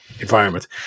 environment